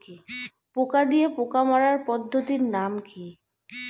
পোকা দিয়ে পোকা মারার পদ্ধতির নাম কি?